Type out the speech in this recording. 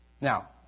Now